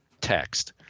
text